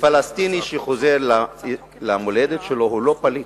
פלסטיני שחוזר למולדת שלו הוא לא פליט.